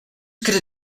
could